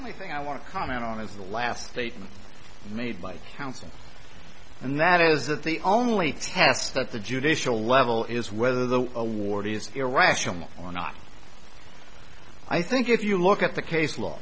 only thing i want to comment on is the last statement made by counsel and that is that the only test that the judicial level is whether the award is irrational or not i think if you look at the case law